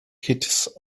kitts